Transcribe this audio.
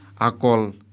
akol